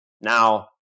Now